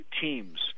teams